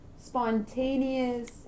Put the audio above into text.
spontaneous